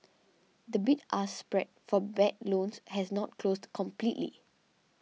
the bid ask spread for bad loans has not closed completely